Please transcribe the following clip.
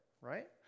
right